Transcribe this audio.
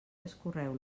escorreu